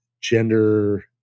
gender